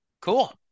Cool